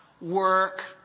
work